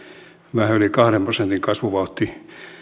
vähän yli kahden prosentin kasvuvauhti